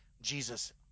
Jesus